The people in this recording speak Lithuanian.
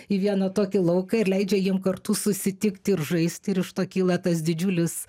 į vieną tokį lauką ir leidžia jiem kartu susitikti ir žaisti ir iš to kyla tas didžiulis